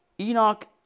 Enoch